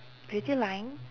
beauty line